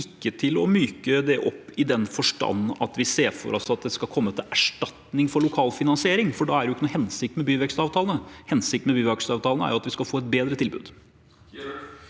ikke til å myke det opp i den forstand at vi ser for oss at det skal komme til erstatning for lokal finansiering, for da er det jo ikke noen hensikt med byvekstavtalene. Hensikten med byvekstavtalene er at vi skal få et bedre tilbud.